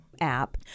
app